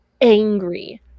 angry